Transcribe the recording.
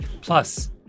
Plus